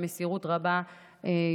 במסירות רבה,